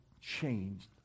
changed